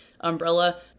umbrella